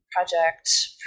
project